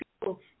people